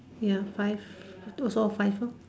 ya five total of five lor